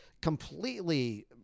completely